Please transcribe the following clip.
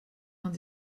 man